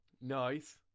Nice